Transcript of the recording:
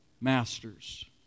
masters